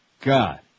God